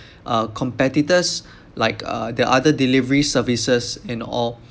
uh competitors like uh the other delivery services and all